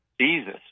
Jesus